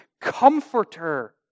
Comforter